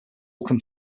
vulcan